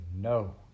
no